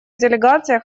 делегация